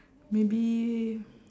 maybe